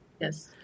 Yes